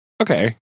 okay